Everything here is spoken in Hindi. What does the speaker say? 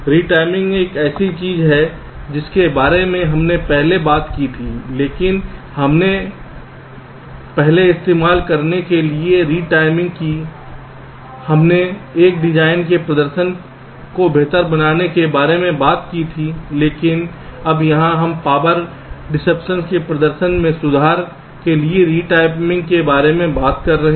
रिटिमिंग एक ऐसी चीज है जिसके बारे में हमने पहले बात की थी लेकिन हमने पहले इस्तेमाल करने के लिए रिटिमिंग की हमने एक डिज़ाइन के प्रदर्शन को बेहतर बनाने के बारे में बात की थी लेकिन अब यहाँ हम पावर डिसीप्शन के प्रदर्शन में सुधार के लिए रिटिमिंग के बारे में बात कर रहे हैं